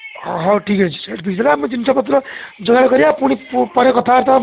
ହଁ ହଉ ଠିକ୍ ଅଛି ସେଇଠି ଠିକ୍ ହେଲେ ଆମେ ଜିନିଷପତ୍ର ଯୋଗାଡ଼ କରିବା ପୁଣି ପରେ କଥାବାର୍ତ୍ତା